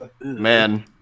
Man